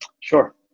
Sure